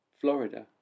Florida